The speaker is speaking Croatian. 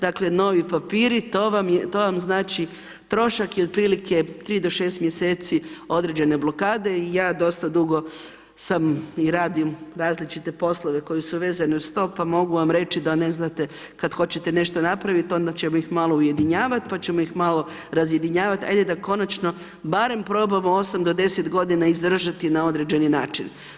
Dakle, novi papiri, to vam znači trošak je otprilike 3-6 mj. određene blokade i ja dosta drugo sam i različite poslove koje su vezane uz to pa mogu vam reći da ne znate kada hoćete nešto napraviti onda ćemo ih malo ujedinjavati pa ćemo ih malo razjedinjavati, ajde da konačno, barem probamo 8-10 g. izdržati na određeni način.